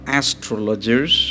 astrologers